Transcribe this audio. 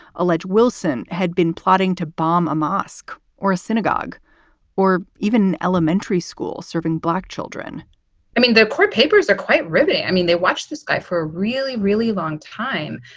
allege wilson had been plotting to bomb mosque or a synagogue or even an elementary school serving black children i mean, the court papers are quite riveting. i mean, they watched this guy for a really, really long time.